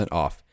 off